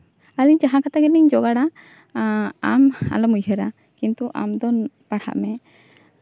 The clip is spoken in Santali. ᱟᱹᱞᱤᱧ ᱡᱟᱦᱟᱸ ᱠᱟᱛᱮ ᱜᱮᱞᱤᱧ ᱡᱚᱜᱟᱲᱟ ᱟᱢ ᱟᱞᱚᱢ ᱩᱭᱦᱟᱹᱨᱟ ᱠᱤᱱᱛᱩ ᱟᱢᱫᱚ ᱯᱟᱲᱦᱟᱜ ᱢᱮ